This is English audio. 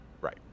Right